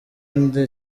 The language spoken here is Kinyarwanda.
nde